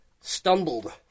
stumbled